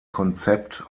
konzept